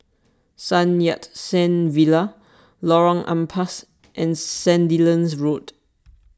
Sun Yat Sen Villa Lorong Ampas and Sandilands Road